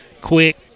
quick